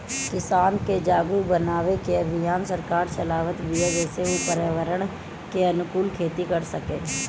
किसान के जागरुक बनावे के अभियान सरकार चलावत बिया जेसे उ पर्यावरण के अनुकूल खेती कर सकें